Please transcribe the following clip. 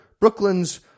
Brooklyn's